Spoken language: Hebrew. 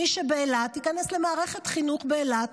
מי שבאילת ייכנס למערכת חינוך באילת,